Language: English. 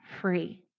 free